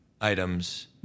items